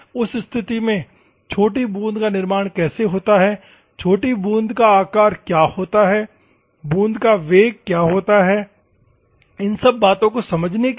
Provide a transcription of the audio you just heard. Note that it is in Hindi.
उस स्थिति में छोटी बूंद का निर्माण होता है छोटी बूंद का आकार क्या होता है बूंद का वेग क्या होता है इन सब बातो को समझने के लिए